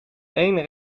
één